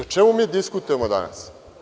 O čemu mi diskutujemo danas?